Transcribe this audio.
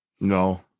No